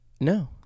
No